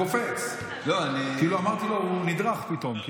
קופץ, כאילו אמרתי לו, הוא נדרך פתאום.